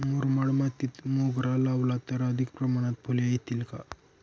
मुरमाड मातीत मोगरा लावला तर अधिक प्रमाणात फूले येतील का?